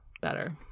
better